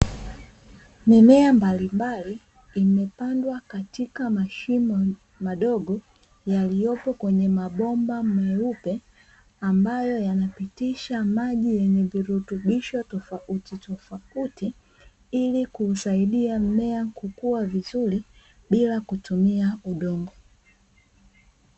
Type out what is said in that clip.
Mimea mbalimbali imepandwa katika mashimo madogo, yaliyopo kwenye mabomba meupe, ambayo yanapitisha maji yenye virutubisho tofautitofauti, ili kuusaidia mmea kukua vizuri, bila kutumia udongo.